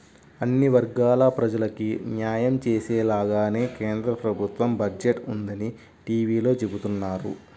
అన్ని వర్గాల ప్రజలకీ న్యాయం చేసేలాగానే కేంద్ర ప్రభుత్వ బడ్జెట్ ఉందని టీవీలో చెబుతున్నారు